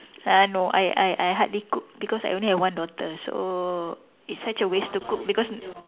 uh no I I I hardly cook because I only have one daughter so it's such a waste to cook because